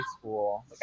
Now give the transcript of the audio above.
school